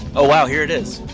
oh, wow! here it is.